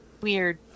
Weird